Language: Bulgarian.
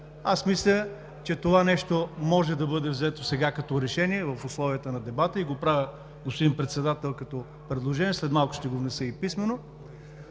Аз мисля, че това може да бъде взето сега като решение, в условията на дебата и го правя, господин Председател, като предложение, след малко ще го внеса и писмено.